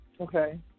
okay